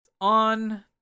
on